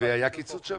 --- והיה קיצוץ שם?